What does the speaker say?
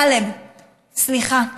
טלב, סליחה,